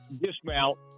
dismount